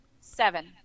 Seven